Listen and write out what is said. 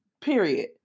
Period